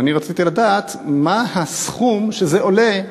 ואני רציתי לדעת מה הסכום שזה עולה.